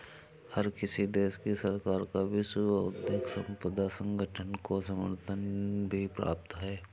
हर किसी देश की सरकार का विश्व बौद्धिक संपदा संगठन को समर्थन भी प्राप्त है